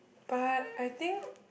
but I think